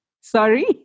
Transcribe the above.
Sorry